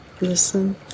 listen